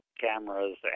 cameras